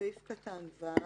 סעיף (ו):